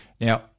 Now